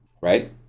right